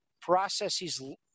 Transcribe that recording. processes